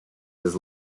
his